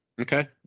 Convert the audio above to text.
Okay